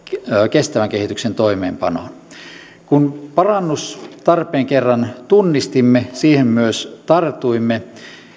kestävän kehityksen toimeenpanoon kun parannustarpeen kerran tunnistimme siihen myös tartuimme